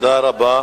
תודה רבה.